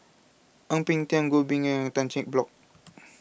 Ang Peng Tiam Goh Bin and Tan Cheng Bock